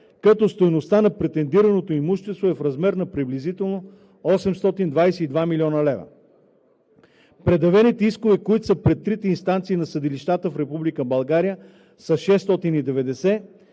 като стойността на претендираното имущество е в размер на приблизително 822 млн. лв. Предявените искове, които са пред трите инстанции на съдилищата в Република